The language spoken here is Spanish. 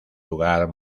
lugar